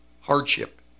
hardship